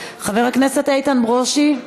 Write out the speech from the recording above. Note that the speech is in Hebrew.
חבר הכנסת איתן ברושי,